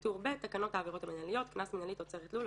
תקנות העבירות המינהליות (קנס מינהלי תוצרת לול),